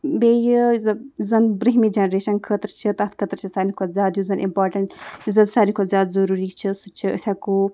بیٚیہِ یہِ یُس زَن یُس زَن برٗہمہِ جَنریشَن خٲطرٕ چھِ تَتھ خٲطرٕ چھِ ساروٕے کھۄتہٕ زیادٕ یُس زَن اِمپاٹَنٛٹ یُس زَن ساروِے کھۄتہٕ زیادٕ ضٔروٗری چھِ سُہ چھِ أسۍ ہٮ۪کو